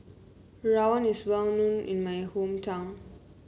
rawon is well known in my hometown